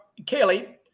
Kaylee